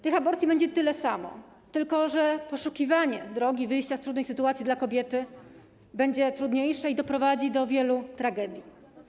Tych aborcji będzie tyle samo, tylko że poszukiwania drogi wyjścia z trudnej sytuacji dla kobiety będzie trudniejsze i doprowadzi to do wielu tragedii.